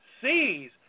sees